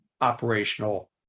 operational